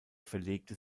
verlegte